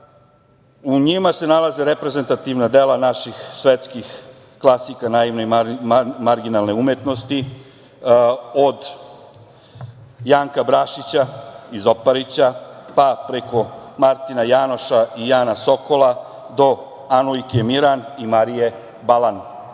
njima se nalaze reprezentativna dela naših svetskih klasika naivne i marginalne umetnosti, od Janka Brašića iz Oparića, pa preko Martina Janoša i Jana Sokola i Anujke Miran i Marije Balan. Što